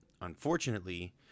Unfortunately